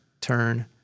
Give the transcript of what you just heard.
turn